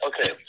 okay